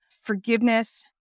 forgiveness